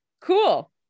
cool